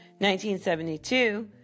1972